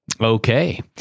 Okay